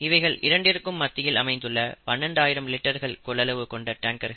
இவைகள் இரண்டிற்கும் மத்தியில் அமைந்துள்ளது 12 ஆயிரம் லிட்டர்கள் கொள்ளளவு கொண்ட டேங்கர்கள்